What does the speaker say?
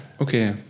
Okay